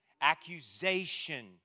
Accusation